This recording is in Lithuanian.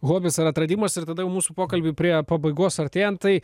hobis ar atradimas ir tada jau mūsų pokalbi prie pabaigos artėjant tai